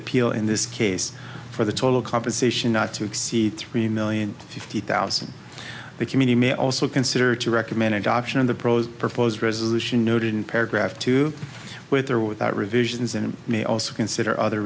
appeal in this case for the total compensation not to exceed three million fifty thousand the community may also consider to recommend adoption of the pros proposed resolution noted in paragraph two with or without revisions and may also consider other